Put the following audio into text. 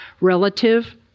relative